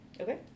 okay